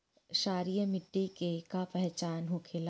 क्षारीय मिट्टी के का पहचान होखेला?